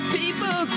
people